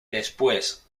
después